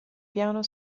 piano